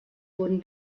wurden